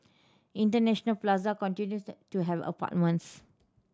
International Plaza continues to have apartments